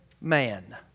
man